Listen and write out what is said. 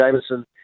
Jameson